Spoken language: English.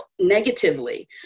negatively